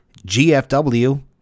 GFW